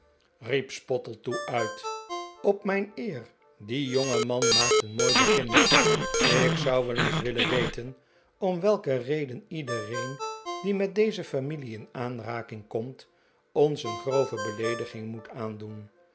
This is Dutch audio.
riep spottletoe uit op mijn eer die jongeman maakt een mooi begin ik zou wel eens willen weten om wtelke reden iedereen die met deze familie in aanraking komt ons een grove beleediging moet aandoen